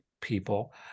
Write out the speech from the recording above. people